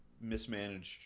mismanaged